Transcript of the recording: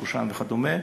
עם קושאן וכדומה.